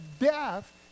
death